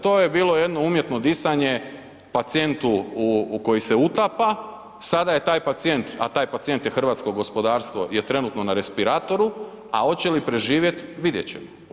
To je bilo jedno umjetno disanje pacijentu koji se utapa, sada je taj pacijent, a taj pacijent je hrvatsko gospodarstvo, je trenutno na respiratoru, a hoće li preživjet, vidjet ćemo.